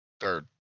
Third